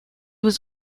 was